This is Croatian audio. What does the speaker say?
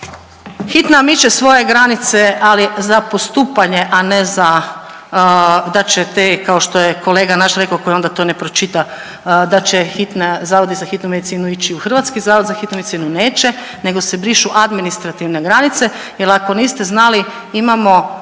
Hitna miče svoje granice, ali za postupanje, a ne za da će te kao što je kolega naš rekao koji onda to ne pročita da će zavodi za hitnu medicinu ići u Hrvatski zavod za hitnu medicinu. Neće nego se brišu administrativne granice jel ako niste znali imamo